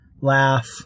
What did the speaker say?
laugh